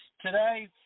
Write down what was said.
today